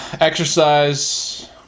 Exercise